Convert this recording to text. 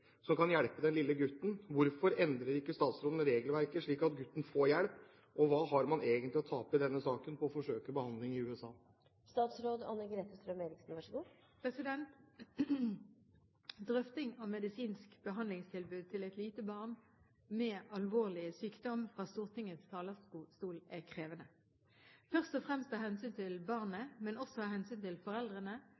som kan hjelpe denne lille gutten. Hvorfor endrer ikke statsråden regelverket slik at gutten får hjelp, og hva har man egentlig å tape i denne saken på å forsøke behandlingen i USA?» Drøfting av medisinsk behandlingstilbud til et lite barn med alvorlig sykdom fra Stortingets talerstol er krevende, først og fremst av hensyn til barnet,